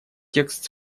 текст